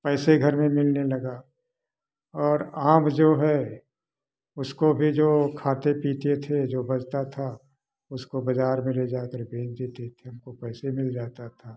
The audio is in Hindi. पैसे घर में मिलने लगा और आम जो है उसको भी जो खाते पीते थे जो बचता था उसको बाजार में ले जाकर बेच देते थे हमको पैसे मिल जाता था